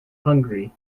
hungary